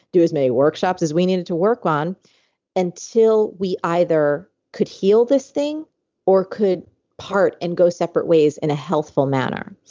do as many workshops as we needed to work on until we either could heal this thing or could part and go separate ways in a healthful manner.